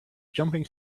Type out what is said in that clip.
jumping